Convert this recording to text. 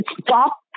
stop